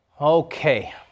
Okay